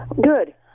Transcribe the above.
Good